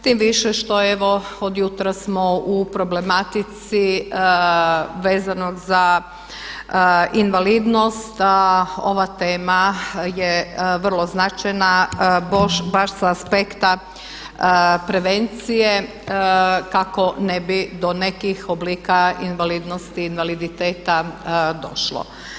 Tim više što evo od jutros smo u problematici vezano za invalidnost a ova tema je vrlo značajna baš sa aspekta prevencije kako ne bi do nekih oblika invalidnosti, invaliditeta došlo.